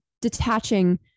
detaching